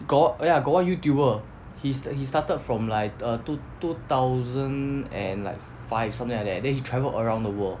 got oh ya got one YouTuber he's he started from like err two two thousand and like five something like that then he travelled around the world